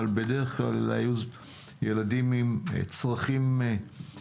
אבל בדרך כלל אלה היו ילדים עם צרכים מיוחדים.